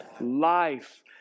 life